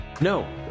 no